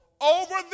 over